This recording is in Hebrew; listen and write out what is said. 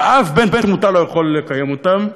כשאף בן-תמותה לא יכול לקיים אותם,